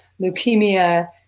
leukemia